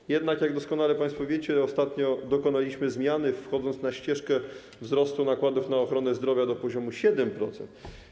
Jak jednak doskonale państwo wiecie, ostatnio dokonaliśmy zmiany, wchodząc na ścieżkę wzrostu nakładów na ochronę zdrowia do poziomu 7%.